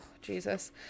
Jesus